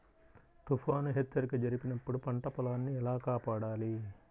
తుఫాను హెచ్చరిక జరిపినప్పుడు పంట పొలాన్ని ఎలా కాపాడాలి?